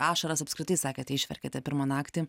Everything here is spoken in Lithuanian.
ašaras apskritai sakėte išverkėte pirmą naktį